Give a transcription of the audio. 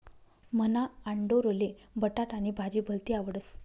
मन्हा आंडोरले बटाटानी भाजी भलती आवडस